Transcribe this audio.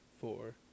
four